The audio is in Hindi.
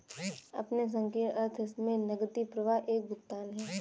अपने संकीर्ण अर्थ में नकदी प्रवाह एक भुगतान है